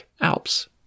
Alps